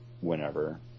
whenever